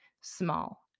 small